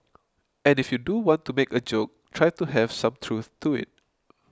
and if you do want to make a joke try to have some truth to it